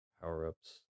power-ups